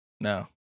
No